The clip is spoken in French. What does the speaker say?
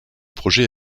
projet